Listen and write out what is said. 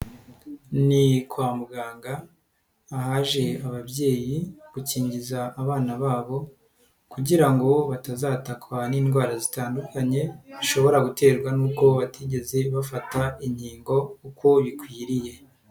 Ni kwa muganga, ahaje ababyeyi gukingiza abana babo kugira ngo batazatatwa n'indwara zitandukanye, zishobora guterwa n'uko batigeze bafata inkingo uko bikwiriye.